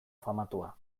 famatua